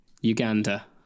Uganda